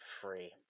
free